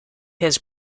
his